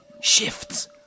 Shifts